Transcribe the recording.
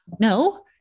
No